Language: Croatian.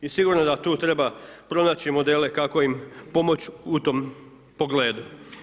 I sigurno da tu treba pronaći modele kako im pomoći u tom pogledu.